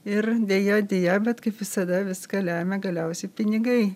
ir deja deja bet kaip visada viską lemia galiausiai pinigai